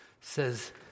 says